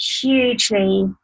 hugely